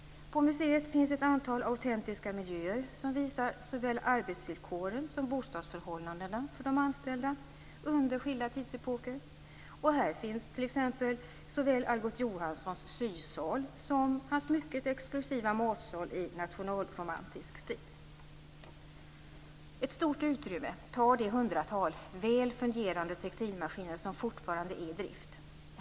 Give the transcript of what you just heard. På museet finns ett antal autentiska miljöer som visar såväl arbetsvillkoren som bostadsförhållandena för de anställda under skilda tidsepoker. Här finns t.ex. såväl Algot Johanssons sysal som hans mycket exklusiva matsal i nationalromantisk stil. Ett stort utrymme tar det hundratal väl fungerande textilmaskiner som fortfarande är i drift.